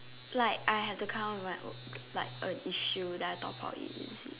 like I had to count with my own like a issue then I talk about it is it